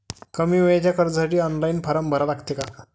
कमी वेळेच्या कर्जासाठी ऑनलाईन फारम भरा लागते का?